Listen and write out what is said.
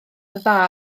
dda